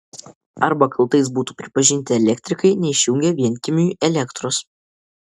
arba kaltais būtų pripažinti elektrikai neišjungę vienkiemiui elektros